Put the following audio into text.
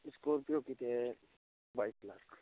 Scorpio की तो है बाईस लाख